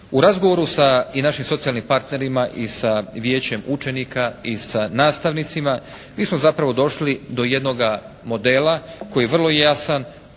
U razgovoru sa i našim socijalnim partnerima i sa Vijećem učenika i sa nastavnicima, mi smo zapravo došli do jednoga modela koji je vrlo jasan,